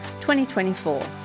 2024